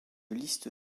liste